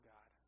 God